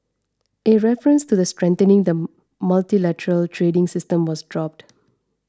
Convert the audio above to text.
a reference to strengthening the multilateral trading system was dropped